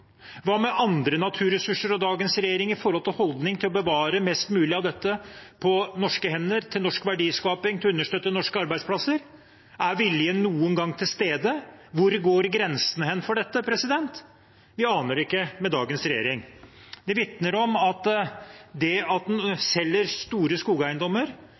å bevare mest mulig av dette på norske hender, til norsk verdiskaping, til å understøtte norske arbeidsplasser? Er viljen noen gang til stede? Hvor går grensene for dette? Vi aner det ikke med dagens regjering. Det at man selger store skogeiendommer til utenlandske store